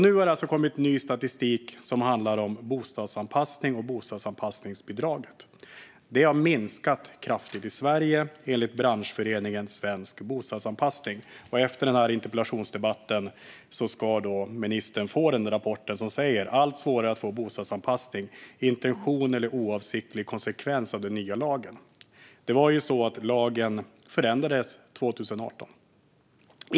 Nu har det alltså kommit ny statistik om bostadsanpassning och bostadsanpassningsbidraget. Det har minskat kraftigt i Sverige, enligt Branschföreningen Svensk Bostadsanpassning. Efter den här interpellationsdebatten ska ministern få deras rapport Allt svårare att få bostads anpassning - intention eller oavsiktlig konsekvens av den nya lagen? Lagen förändrades 2018.